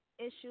issues